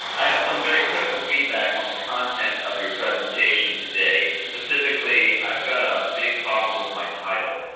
i have some very critical feedback on the content of your presentation today specifically i've got a big problem with my title.